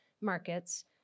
markets